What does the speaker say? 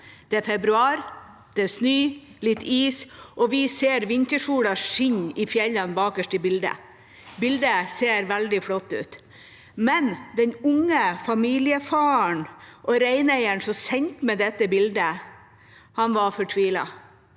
Det er februar, det er snø, litt is, og vi ser vintersola skinne i fjellene bakerst i bildet. Bildet ser veldig flott ut. Men den unge familiefaren og reineieren som sendte meg dette bildet, var fortvilet.